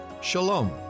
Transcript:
Shalom